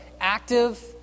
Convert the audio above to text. active